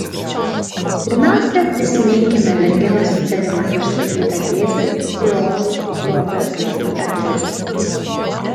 pirmiausia prisiminkime merginos įtarimą išsakytą tiesiai priorui robertui į akis